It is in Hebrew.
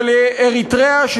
או לאריתריאה,